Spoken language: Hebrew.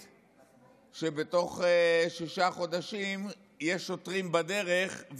אומרים שבתוך שישה חודשים יהיו שוטרים בדרך,